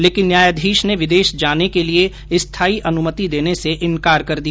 लेकिन न्यायाधीश ने विदेश जाने के लिए स्थाई अनुमति देने से इनकार कर दिया